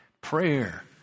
prayer